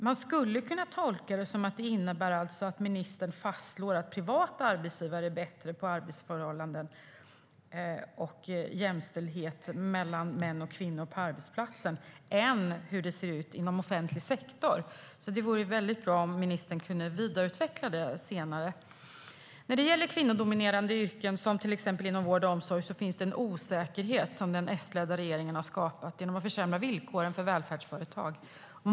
Man skulle kunna tolka detta som att ministern fastslår att privata arbetsgivare är bättre på arbetsförhållanden och jämställdhet mellan män och kvinnor på arbetsplatsen än den offentliga sektorn. Det vore bra om ministern kunde vidareutveckla det senare. När det gäller kvinnodominerade yrken, till exempel inom vård och omsorg, finns det en osäkerhet som den S-ledda regeringen har skapat genom att försämra villkoren för välfärdsföretag.